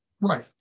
Right